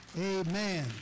Amen